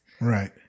Right